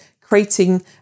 creating